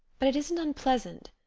but it isn't unpleasant.